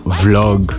vlog